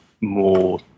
more